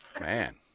Man